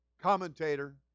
commentator